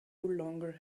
longer